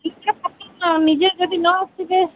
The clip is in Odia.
କିଛି ହେବନି ନିଜେ ଯଦି ନଆସିବେ